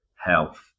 health